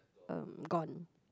um gone